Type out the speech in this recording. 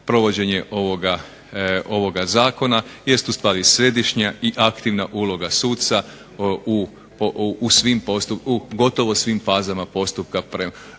provođenje ovoga zakona jest ustvari središnja i aktivna uloga suca u gotovo svim fazama postupka prema